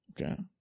Okay